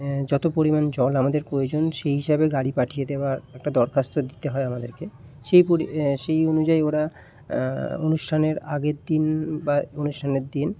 যত পরিমাণ জল আমাদের প্রয়োজন সেই হিসাবে গাড়ি পাঠিয়ে দেওয়ার একটা দরখাস্ত দিতে হয় আমাদেরকে সেই সেই অনুযায়ী ওরা অনুষ্ঠানের আগের দিন বা অনুষ্ঠানের দিন